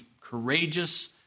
courageous